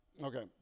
Okay